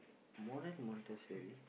Modern-Montessori